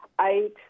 eight